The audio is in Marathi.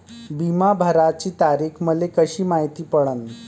बिमा भराची तारीख मले कशी मायती पडन?